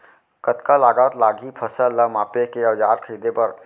कतका लागत लागही फसल ला मापे के औज़ार खरीदे बर?